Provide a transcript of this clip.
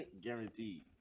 Guaranteed